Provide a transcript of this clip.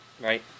Right